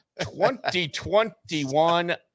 2021